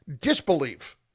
Disbelief